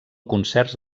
concerts